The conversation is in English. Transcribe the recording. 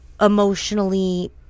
emotionally